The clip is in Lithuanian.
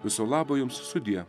viso labo jums sudie